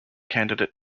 candidate